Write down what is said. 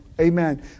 Amen